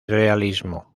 realismo